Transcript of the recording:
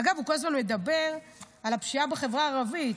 אגב, הוא כל הזמן מדבר על הפשיעה בחברה הערבית,